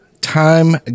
Time